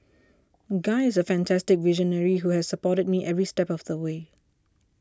guy is a fantastic visionary who has supported me every step of the way